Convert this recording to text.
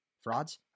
frauds